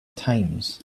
times